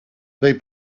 they